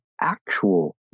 actual